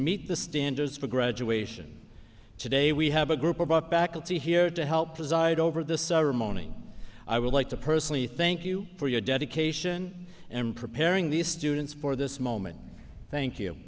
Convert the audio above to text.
meet the standards for graduation today we have a group about back up to here to help preside over the ceremony i would like to personally thank you for your dedication in preparing these students for this moment thank you